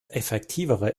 effektivere